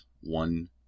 one